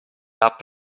app